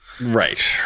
Right